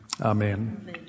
Amen